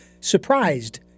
Surprised